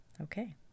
Okay